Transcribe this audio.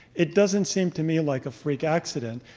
it doesn't seem to me like a freak accident.